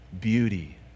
beauty